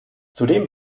zudem